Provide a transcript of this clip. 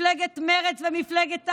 מפלגת מרצ ומפלגת העבודה,